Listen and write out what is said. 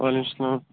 وعلیکُم سلام